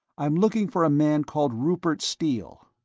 i'm looking for a man called rupert steele.